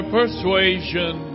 persuasion